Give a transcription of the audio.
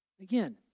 Again